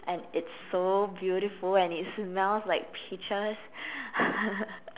and it's so beautiful and it smells like peaches